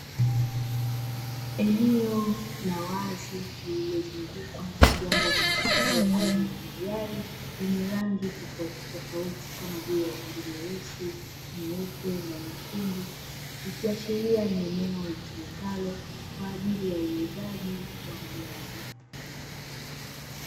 Eneo la wazi lilozungukwa na vyombo vya moto aina ya magari yenye rangi tofauti tofauti kama vile rangi nyeusi, nyeupe na nyekundu ikiwa sheria ni eneo tumikalo kwa ajili ya uuzaji wa magari.